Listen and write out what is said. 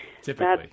typically